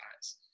eyes